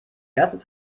ganzen